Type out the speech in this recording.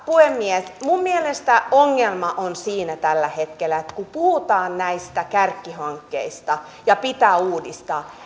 puhemies minun mielestäni ongelma on siinä tällä hetkellä että kun puhutaan näistä kärkihankkeista ja pitää uudistaa